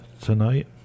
tonight